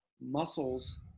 muscles